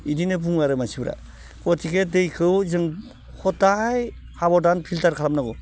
बिदिनो बुङो आरो मानसिफ्रा गथिखे दैखौ जों हदाय हाब'दान फिल्टार खालामनांगौ